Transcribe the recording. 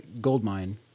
Goldmine